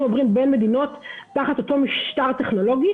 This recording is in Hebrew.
עוברים בין מדינות תחת אותו משטר טכנולוגי.